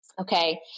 Okay